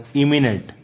imminent